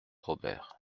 robert